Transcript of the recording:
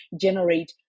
generate